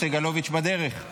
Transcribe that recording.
חבר הכנסת סגלוביץ' בדרך?